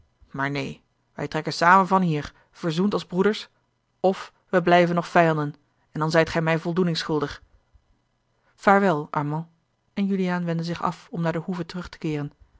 maar neen wij trekken samen van hier verzoend als broeders of wij blijven nog vijanden en dan zijt gij mij voldoening schuldig vaarwel armand en juliaan wendde zich af om naar de hoeve terug te keeren